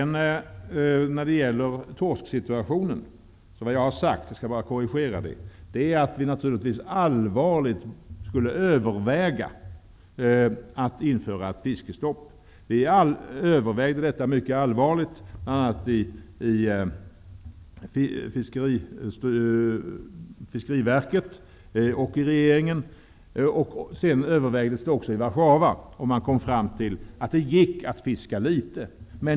När det gäller torsksituationen har jag sagt att vi naturligtvis allvarligt borde överväga att införa ett fiskestopp. Vi övervägde också detta mycket allvarligt, bl.a. i fiskeriverket och i regeringen. Sedan övervägdes det också i Warszawa, och man kom fram till att det gick att fiska litet.